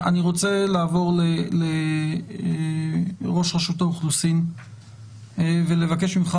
אני רוצה לעבור לראש רשות האוכלוסין ולבקש ממך,